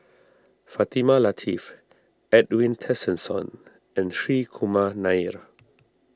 Fatimah Lateef Edwin Tessensohn and Hri Kumar Nair